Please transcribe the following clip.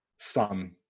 sun